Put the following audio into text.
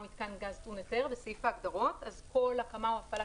מתקן גז טעון היתר בסעיף ההגדרות אז כל הקמה או הפעלה